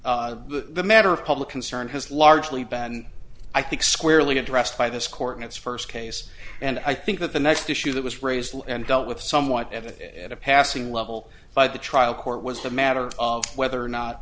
event the matter of public concern has largely been i think squarely addressed by this court in its first case and i think that the next issue that was raised and dealt with somewhat evident at a passing level by the trial court was the matter of whether or not